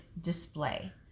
display